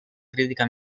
crítica